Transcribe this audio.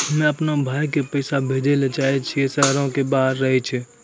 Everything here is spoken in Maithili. हम्मे अपनो भाय के पैसा भेजै ले चाहै छियै जे शहरो से बाहर रहै छै